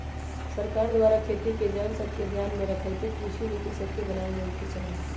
सरकार द्वारा खेती के जन सभके ध्यान में रखइते कृषि नीति सभके बनाएल जाय के चाही